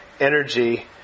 energy